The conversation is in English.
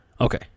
Okay